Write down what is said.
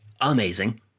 amazing